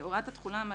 בהוראת התחולה, מה